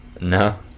No